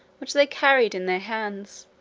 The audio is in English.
which they carried in their hands.